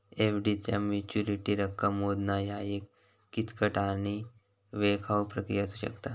FD चा maturity रक्कम मोजणा ह्या एक किचकट आणि वेळखाऊ प्रक्रिया असू शकता